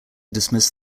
dismissed